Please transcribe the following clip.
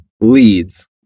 leads